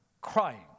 crying